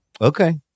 Okay